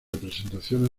representaciones